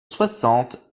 soixante